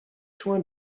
soin